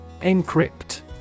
Encrypt